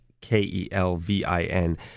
K-E-L-V-I-N